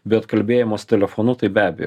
bet kalbėjimas telefonu tai be abejo